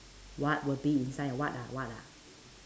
what will be inside what ah what ah